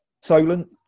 Solent